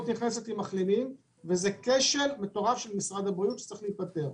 בכשל מטורף של משרד הבריאות שיש לפתור.